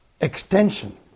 extension